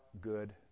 good